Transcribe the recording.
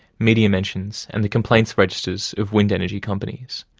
media mentions and the complaints registers of wind energy companies.